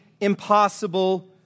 impossible